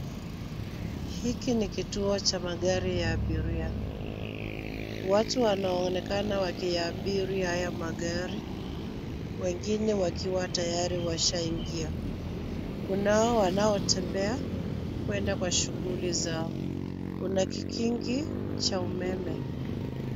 Hiki ni kituo cha magari ya abiria. Watu wanaonekana wakiyaabiri hayo magari. Wengine wakiwa tayari washaaingia. Kunao wanaotembea kwenda kwa shughuli zao. Kuna kikingi cha umeme.